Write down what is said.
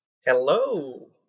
Hello